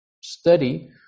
study